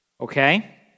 Okay